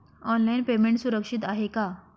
Online payment सुरक्षित आहे का?